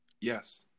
yes